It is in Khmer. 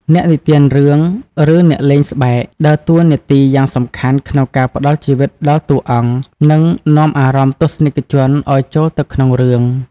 អ្នកនិទានរឿង ឬ អ្នកលេងស្បែក ដើរតួនាទីយ៉ាងសំខាន់ក្នុងការផ្តល់ជីវិតដល់តួអង្គ និងនាំអារម្មណ៍ទស្សនិកជនឱ្យចូលទៅក្នុងរឿង។